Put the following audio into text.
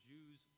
Jews